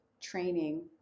training